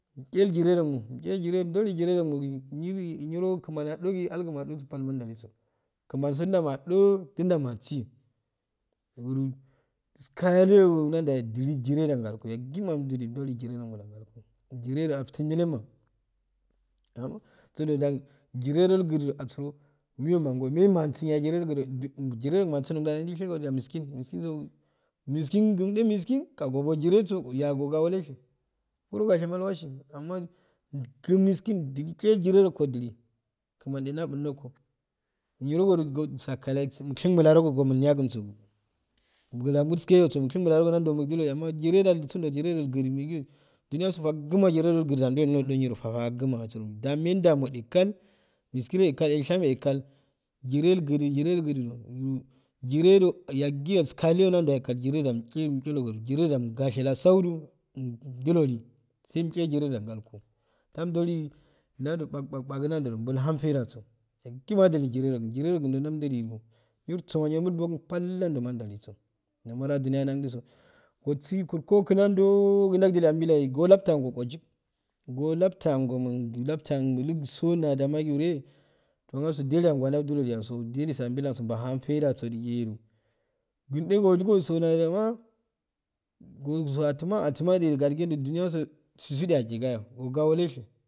Umchel jiremchel jire ro undolu jire dogumoni niro niro kmani ado gi galgu majo palma nduwalu so kmani so dammado idula mantsi niro ilskayodo ndalduyahey nddu jire rongo da ngal kko yagima ndok jire rongoda ngalko jire do aftu wadika ahh sudo da jire do gudo asuro manyyo mayi mansiye amngoyo mayi mansu jiredu gudu jire mansuu yahe jire masun yahey ndifodo miskun kun ehh miskun go bo jire go ilayaga wolegw nirallwa illuaghi amma kmm miskkin dik go jire rogodi kmani eh nda bu nrongo nirodo go sakallayeye ushuddo mulanago milyagogo wulastieyo aha nandow dow jire da sunddolo jire da wugun mesiyo dumyaso faguma to jirede sudu nda do niro faguna su ddan mayi damo ehh yahey kkal miskire ya kkal enshamayea kkal jire ilgudu jire wlgudu dumo jire do yagi yayehg kal nandiya kkal jireda umohi uk chologodu jire da gomshila sah daw umdilodu sayi ilte jire da ngalko tumdolu naldo babagu nadow balhu faidda so yaguma dulu jire regum jireogun ndam dulu mirssoma niro mulbogu n pal nanjomadliso lakar ah duniya ndaudu nasso gosi korkkogu nandou ndawudenu ambilyeyeh ngo laptuk nggo jik ngo laptuyengo laptuye mulukso nadama gi wute donsa daliyango duliyasu ambil ndaho baahaun faiddo so digeh gum ehh goniyoso na jama gosa tuma atumo go gatigendo duniyaso sisu eh aghgayo oga woleso.